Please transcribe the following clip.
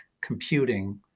computing